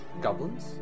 goblins